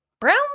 Brown